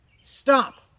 Stop